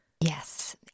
Yes